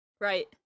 right